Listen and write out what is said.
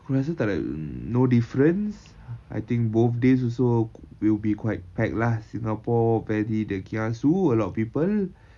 aku rasa takde um no difference I think both days also will be quite packed lah singapore very the kiasu a lot of people